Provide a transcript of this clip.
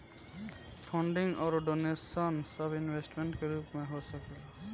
funding अउर donation सब investment के रूप में हो सकेला